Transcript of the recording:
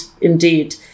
indeed